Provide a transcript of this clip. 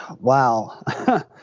Wow